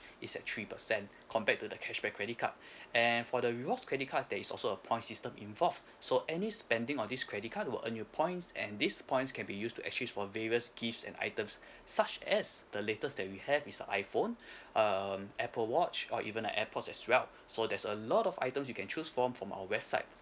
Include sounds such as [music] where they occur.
is at three percent compared to the cashback credit card [breath] and for the rewards credit card there is also a point system involved so any spending on this credit card will earn you points and these points can be used to achieve for various gifts and items such as the latest that we have is uh iPhone um Apple watch or even the AirPods as well so there's a lot of items you can choose from from our website